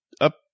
up